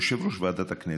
יושב-ראש ועדת הכנסת,